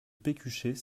pécuchet